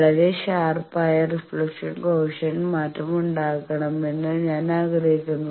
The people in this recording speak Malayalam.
വളരെ ഷാർപ് ആയ റിഫ്ലക്ഷൻ കോയേഫിഷ്യന്റ് മാറ്റം ഉണ്ടാകണമെന്ന് ഞാൻ ആഗ്രഹിക്കുന്നു